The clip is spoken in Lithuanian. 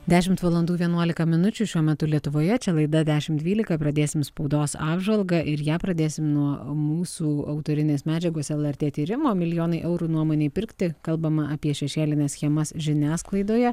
dešimt valandų vienuolika minučių šiuo metu lietuvoje čia laida dešimt dvylika pradėsim spaudos apžvalgą ir ją pradėsim nuo mūsų autorinės medžiagos lrt tyrimo milijonai eurų nuomonei pirkti kalbama apie šešėlines schemas žiniasklaidoje